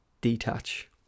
detach